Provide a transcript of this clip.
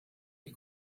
die